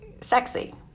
sexy